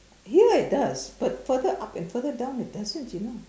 here it does but further up and further down it doesn't you know